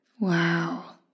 Wow